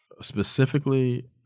Specifically